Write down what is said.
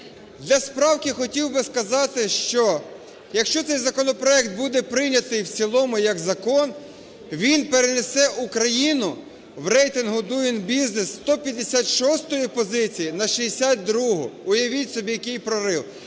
Для справки хотів би сказати, що, якщо цей законопроект буде прийнятий в цілому як закон, він перенесе Україну в рейтинг Doing Business зі 156 позиції на 62-у. Уявіть собі, який прорив.